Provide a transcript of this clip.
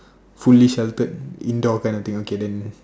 fully sheltered indoor kind of thing okay then